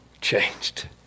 changed